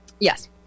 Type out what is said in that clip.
Yes